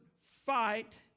fight